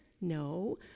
No